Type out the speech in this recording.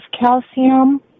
calcium